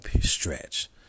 stretch